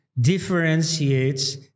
differentiates